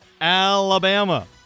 Alabama